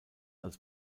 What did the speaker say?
als